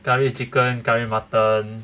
curry chicken curry mutton